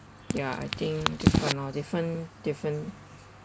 ya I think different orh different different